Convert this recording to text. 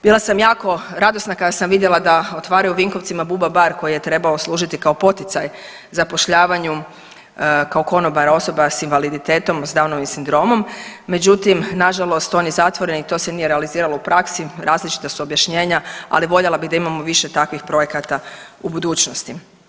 Bila sam jako radosna kada sam vidjela da otvaraju u Vinkovcima Buba bar koji je trebao služiti kao poticaj zapošljavanju kao konobara osoba s invaliditetom s Downovim sindromom, međutim nažalost on je zatvoren i to se nije realiziralo u praksi, različita su objašnjenja, ali voljela bi da imamo više takvih projekata u budućnosti.